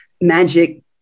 magic